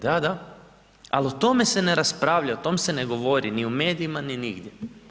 Da, da, ali o tome se ne raspravlja, o tome se ne govori ni u medijima ni nigdje.